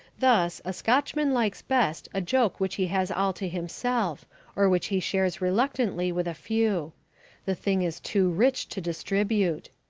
thus, a scotchman likes best a joke which he has all to himself or which he shares reluctantly with a few the thing is too rich to distribute.